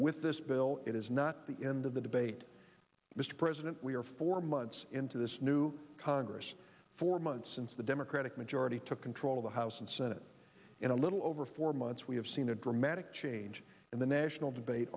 with this bill it is not the end of the debate mr president we are four months into this new congress four months since the democratic majority took control of the house and senate in a little over four months we have seen a dramatic change in the national debate